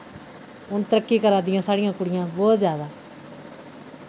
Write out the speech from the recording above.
हून तरक्की करै दियां साढ़ियां कुड़ियां बहुत जैदा